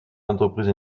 l’entreprise